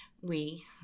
we-